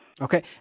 Okay